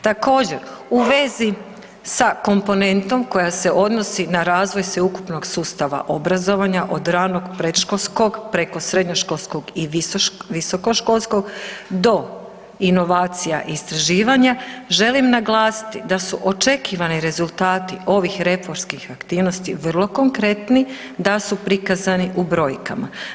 Također u vezi sa komponentom koja se odnosi na razvoj sveukupnog sustava obrazovanja od ranog predškolskog preko srednjoškolskog i visokoškolskog do inovacija i istraživanja želim naglasiti da su očekivani rezultati ovih reformskih aktivnosti vrlo konkretni, da su prikazani u brojkama.